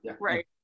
right